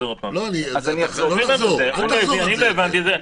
אני לא הבנתי את זה.